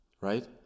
right